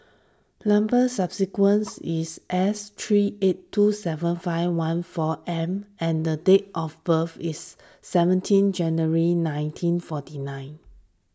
number subsequence is S three eight two seven five one four M and date of birth is seventeen January nineteen forty nine